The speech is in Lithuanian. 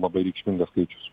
labai reikšmingas skaičius